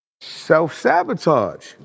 Self-sabotage